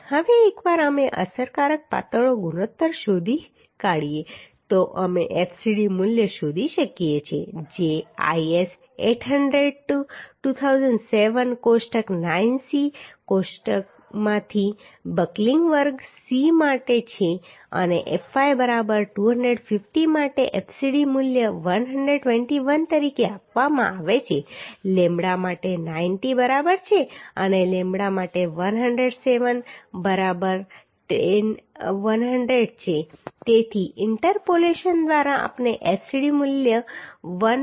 હવે એકવાર અમે અસરકારક પાતળો ગુણોત્તર શોધી કાઢીએ તો અમે fcd મૂલ્ય શોધી શકીએ છીએ જે IS 800 2007 કોષ્ટક 9c કોષ્ટક 9c માંથી બકલિંગ વર્ગ c માટે છે અને fy બરાબર 250 માટે fcd મૂલ્ય 121 તરીકે આપવામાં આવે છે લેમ્બડા માટે 90 બરાબર છે અને લેમ્બડા માટે 107 બરાબર 100 છે તેથી ઇન્ટરપોલેશન દ્વારા આપણે fcd મૂલ્ય 116